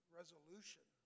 resolution